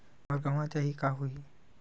मोर गंवा जाहि का होही?